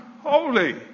holy